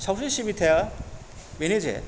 सावस्रि सिबिथाया बेनो जे